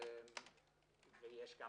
יש גם